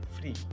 free